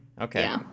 Okay